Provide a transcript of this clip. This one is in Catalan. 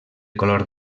color